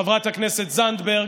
חברת הכנסת זנדברג.